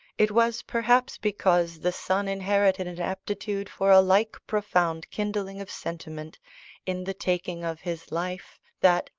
it was perhaps because the son inherited an aptitude for a like profound kindling of sentiment in the taking of his life, that,